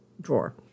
drawer